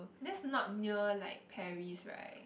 that's not near like Paris right